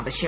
ആവശ്യം